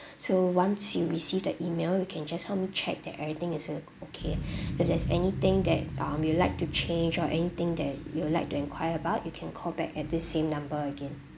so once you receive the email you can just help me check that everything is a okay if there's anything that um you'd like to change or anything that you'd like to enquire about you can call back at this same number again